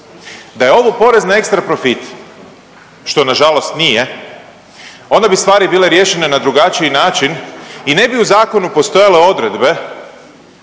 Da je ovo porez na ekstra profit što nažalost nije, onda bi stvari bile riješene na drugačiji način i ne bi u zakonu postojale odredbe